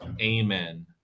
amen